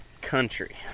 country